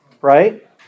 Right